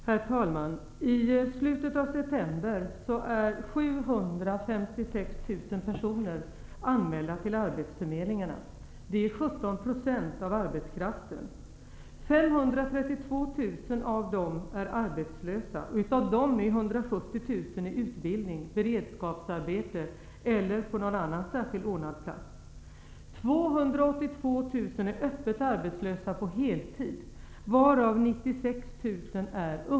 Herr talman! I slutet av september är 756 000 personer anmälda till arbetsförmedlingarna. Det är 17 % av arbetskraften. 532 000 av dem är arbetslösa. Av dem är 170 000 i utbildning, beredskapsarbete eller på någon annan särskilt ordnad plats.